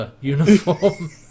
uniform